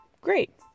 Great